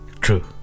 true